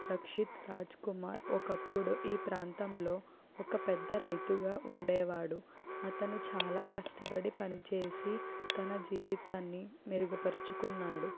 రక్షిత్ రాజ్కుమార్ ఒకప్పుడు ఈ ప్రాంతంలో ఒక పెద్ద రైతుగా ఉండేవాడు అతను చాలా కష్టపడి పనిచేసి తన జీవితాన్ని మెరుగుపరుచుకున్నాడు